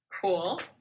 Cool